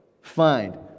find